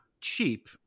cheap